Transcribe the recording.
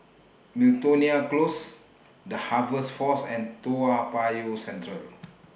Miltonia Close The Harvest Force and Toa Payoh Central